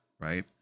right